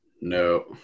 No